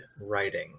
writing